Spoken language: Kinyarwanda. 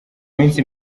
minsi